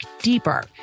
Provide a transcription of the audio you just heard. deeper